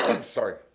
sorry